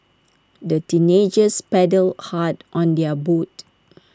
the teenagers paddled hard on their boat